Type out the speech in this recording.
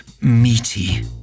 meaty